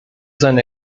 seine